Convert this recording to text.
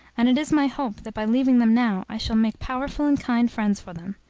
and it is my hope, that by leaving them now, i shall make powerful and kind friends for them.